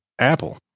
apple